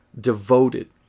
devoted